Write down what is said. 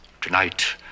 tonight